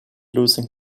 losing